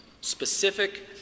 Specific